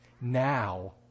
Now